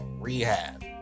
rehab